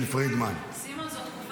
תמשיך.